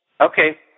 Okay